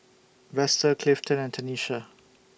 Vester Clifton and Tanesha